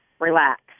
relax